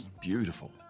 beautiful